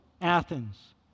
Athens